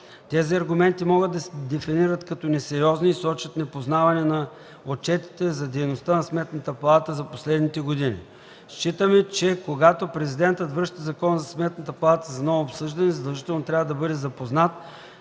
Тези аргументи могат да се дефинират като несериозни и сочат непознаване на отчетите за дейността на Сметната палата за последните години. Считаме, че когато Президентът връща Закона за Сметната палата за ново обсъждане, задължително трябва да бъде запознат